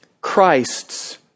Christ's